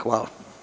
Hvala.